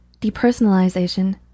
depersonalization